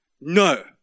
No